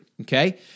okay